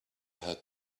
had